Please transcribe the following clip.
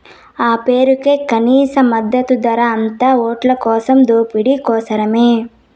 ఆ పేరుకే కనీస మద్దతు ధర, అంతా ఓట్లకోసం దోపిడీ కోసరమే